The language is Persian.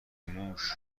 موش